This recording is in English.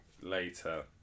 later